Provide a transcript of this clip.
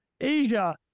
asia